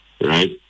right